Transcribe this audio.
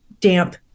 damp